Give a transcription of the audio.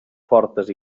fortes